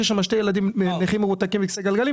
יש שם שני ילדים נכים מרותקים לכיסא גלגלים